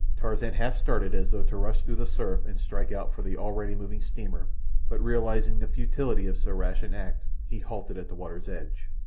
tarzan half started as though to rush through the surf and strike out for the already moving steamer but realizing the futility of so rash an act he halted at the water's edge.